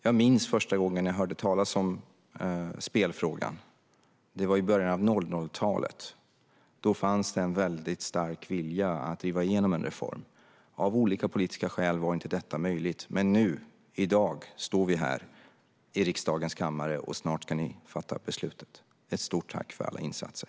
Jag minns första gången som jag hörde talas om spelfrågan; det var i början av 00-talet. Då fanns det en väldigt stark vilja att driva igenom en reform, men av olika politiska skäl var detta inte möjligt. I dag står vi dock här i riksdagens kammare, och snart ska ni fatta beslutet. Jag vill uttrycka ett stort tack för alla insatser.